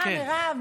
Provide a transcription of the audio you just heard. מה, מירב?